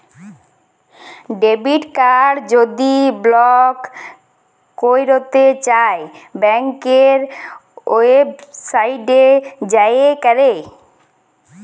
debit card যদি block ক্যইরতে চাই ব্যাংকের ওয়েবসাইটে যাঁয়ে ক্যরে